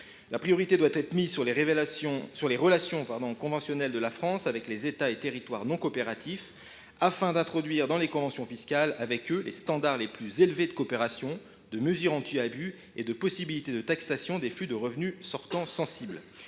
La priorité doit être donnée aux relations conventionnelles de la France avec les États et territoires non coopératifs « afin d’introduire dans les conventions fiscales avec eux les standards les plus élevés de coopération, de mesures anti abus et de possibilité de taxation des flux de revenus sortants sensibles